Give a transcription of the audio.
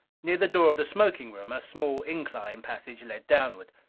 near the door of the smoking room a small incline passage led downward.